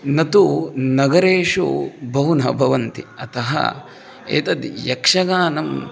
न तु नगरेषु बहु न भवन्ति अतः एतद् यक्षगानम्